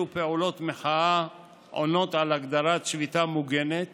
פעולות מחאה עונות על הגדרת שביתה מוגנת